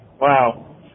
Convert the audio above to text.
Wow